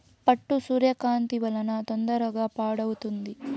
పట్టు సూర్యకాంతి వలన తొందరగా పాడవుతుంది